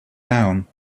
down